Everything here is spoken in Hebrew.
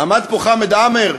עמד פה חמד עמאר,